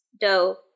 dough